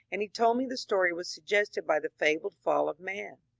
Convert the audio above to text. and he told me the story was suggested by the fabled fall of man.